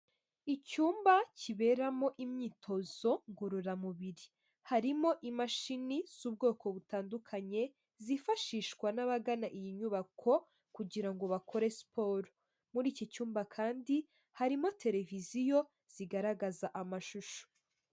Icyumba kiberamo imyitozo ngororamubiri, harimo imashini z'ubwoko butandukanye zifashishwa n'abagana iyi nyubako kugira ngo bakore siporo, muri iki cyumba kandi harimo televiziyo zigaragaza amashusho.